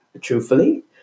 Truthfully